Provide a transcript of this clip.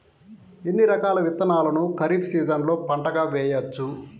ఎన్ని రకాల విత్తనాలను ఖరీఫ్ సీజన్లో పంటగా వేయచ్చు?